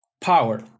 power